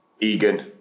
Egan